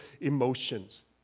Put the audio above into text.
emotions